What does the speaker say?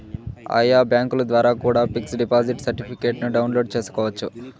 ఆయా బ్యాంకుల ద్వారా కూడా పిక్స్ డిపాజిట్ సర్టిఫికెట్ను డౌన్లోడ్ చేసుకోవచ్చు